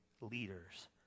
Leaders